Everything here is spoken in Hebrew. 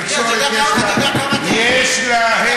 התקשורת יש לה הד,